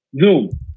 Zoom